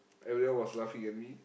everyone was laughing at me